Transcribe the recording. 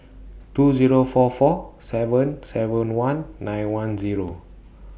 two Zero four four seven seven one nine one Zero